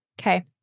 Okay